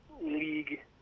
league